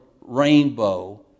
rainbow